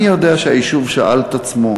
אני יודע שהיישוב שאל את עצמו